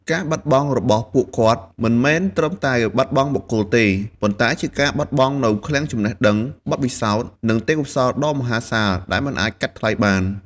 ការបាត់បង់របស់ពួកគាត់មិនមែនត្រឹមតែបាត់បង់បុគ្គលទេ ប៉ុន្តែជាការបាត់បង់នូវឃ្លាំងចំណេះដឹង បទពិសោធន៍ និងទេពកោសល្យដ៏មហាសាលដែលមិនអាចកាត់ថ្លៃបាន។